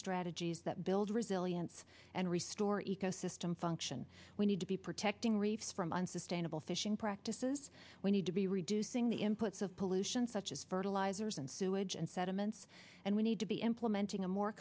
strategies that build resilience and restore ecosystem function we need to be protecting reefs from unsustainable fishing practices we need to be reducing the inputs of pollution such as fertilizers and sewage and sediments and we need to be implementing a more